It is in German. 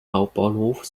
hauptbahnhof